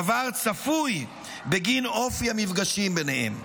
דבר צפוי בגין אופי המפגשים ביניהם.